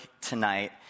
tonight